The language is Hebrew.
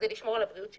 לשמור על הבריאות שלהם,